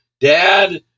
Dad